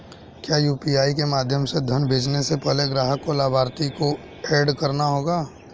क्या यू.पी.आई के माध्यम से धन भेजने से पहले ग्राहक को लाभार्थी को एड करना होगा?